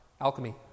alchemy